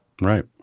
Right